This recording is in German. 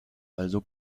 also